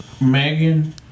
Megan